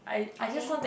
okay